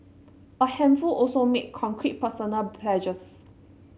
a handful also made concrete personal pledges